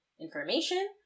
information